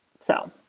so,